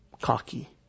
cocky